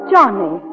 Johnny